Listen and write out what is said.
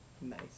Nice